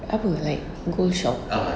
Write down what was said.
apa like gold shop